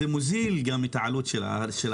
זה מוזיל גם את העלות של החשמל.